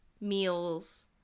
meals